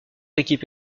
équipe